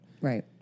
Right